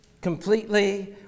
completely